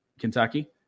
Kentucky